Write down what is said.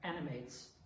animates